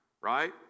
right